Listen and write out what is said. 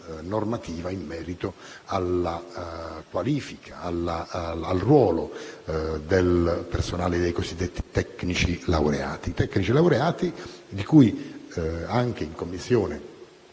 in merito alla qualifica e al ruolo del personale dei cosiddetti tecnici laureati, di cui ci siamo